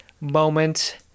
moment